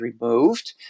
removed